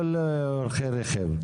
לא לנוסעים ברכב.